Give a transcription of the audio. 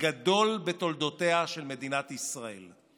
הגדול בתולדותיה של מדינת ישראל.